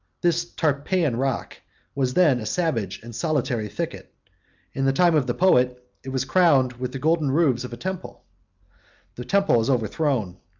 this tarpeian rock was then a savage and solitary thicket in the time of the poet, it was crowned with the golden roofs of a temple the temple is overthrown,